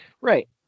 Right